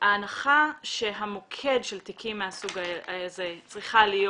ההנחה שהמוקד של תיקים מהסוג הזה צריכה להיות